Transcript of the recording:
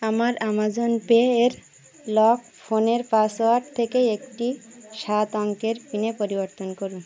আমার Amazon pay এর lock ফোনের পাসওয়ার্ড থেকে একটি সাত অঙ্কের পিনে পরিবর্তন করুন